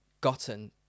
gotten